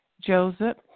Joseph